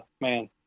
man